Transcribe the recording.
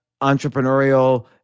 entrepreneurial